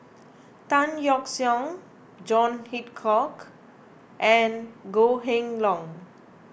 Tan Yeok Seong John Hitchcock and Goh Kheng Long